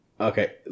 Okay